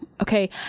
Okay